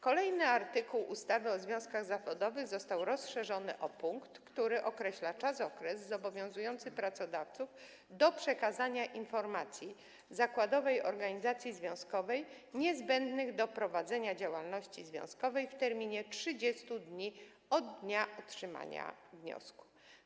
Kolejny artykuł ustawy o związkach zawodowych został rozszerzony o punkt, który określa czasokres zobowiązujący pracodawców do przekazania zakładowej organizacji związkowej informacji niezbędnych do prowadzenia działalności związkowej w terminie 30 dni od dnia otrzymania wniosku.